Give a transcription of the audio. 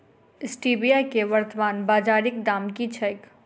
Stevia केँ वर्तमान बाजारीक दाम की छैक?